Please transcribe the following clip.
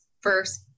first